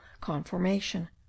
conformation